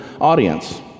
audience